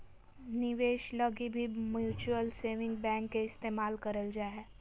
निवेश लगी भी म्युचुअल सेविंग बैंक के इस्तेमाल करल जा हय